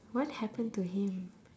what happen to him